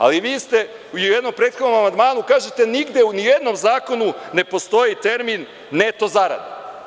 Ali, vi u jednom prethodnom amandmanu kažete – nigde u ni jednom zakonu ne postoji termin neto zarada.